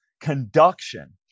conduction